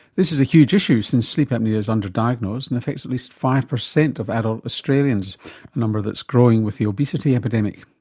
this is a huge issue since sleep apnoea is under-diagnosed and affects at least five percent of adult australians, a number that's growing with the obesity epidemic.